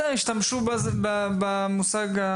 השתמשו בלשון זכר.